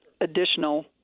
additional